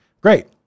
Great